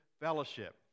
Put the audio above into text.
Fellowship